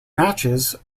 matches